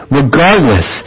regardless